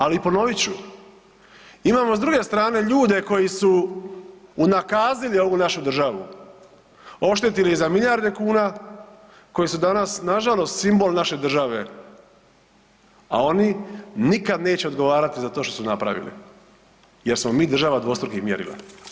Ali ponovit ću imamo s druge strane ljude koji su unakazili ovu našu državu, oštetili za milijarde kuna, koji su danas nažalost simbol naše države, a oni nikad neće odgovarati za to što su napravili jer smo mi država dvostrukih mjerila.